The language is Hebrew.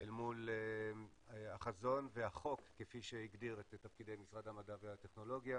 אל מול החזון והחוק כפי שהגדיר את תפקידי משרד המדע והטכנולוגיה.